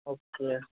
okay